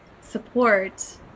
support